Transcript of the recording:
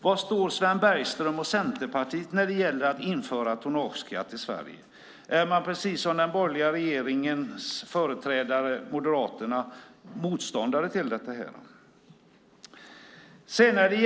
Var står Sven Bergström och Centerpartiet när det gäller att införa tonnageskatt i Sverige? Är man precis som Moderaterna motståndare till det?